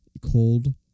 Cold